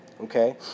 Okay